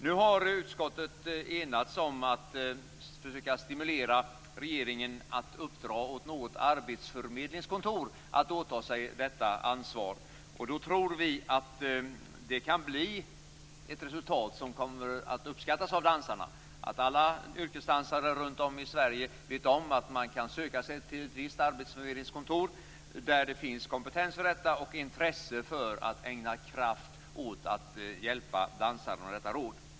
Nu har utskottet enats om att försöka stimulera regeringen att uppdra åt något arbetsförmedlingskontor att åta sig detta ansvar. Då tror vi att det kan bli ett resultat som kommer att uppskattas av dansarna, så att alla yrkesdansare runt om i Sverige vet om att de kan söka sig till ett visst arbetsförmedlingskontor där det finns kompetens och intresse för att ägna kraft åt att hjälpa dansaren.